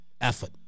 effort